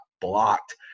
blocked